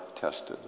tested